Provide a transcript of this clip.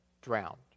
drowned